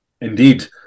Indeed